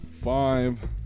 five